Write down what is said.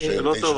אבל זה לא טוב.